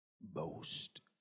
Boast